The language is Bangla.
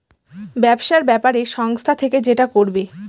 ব্যবসার ব্যাপারে সংস্থা থেকে যেটা করবে